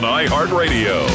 iHeartRadio